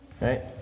Right